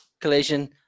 collision